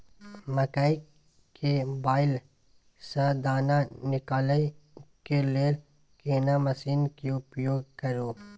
मकई के बाईल स दाना निकालय के लेल केना मसीन के उपयोग करू?